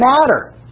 matter